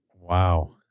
Wow